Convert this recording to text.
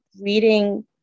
reading